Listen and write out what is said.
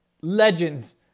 legends